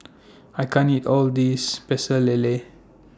I can't eat All of This Pecel Lele